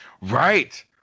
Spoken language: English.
Right